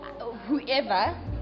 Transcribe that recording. whoever